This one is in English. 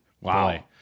Wow